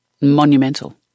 monumental